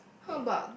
how about